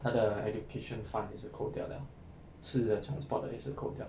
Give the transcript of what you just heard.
他的 education fund 也是扣掉了吃的 transport 的也是扣掉